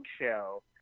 show